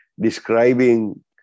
describing